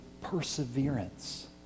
perseverance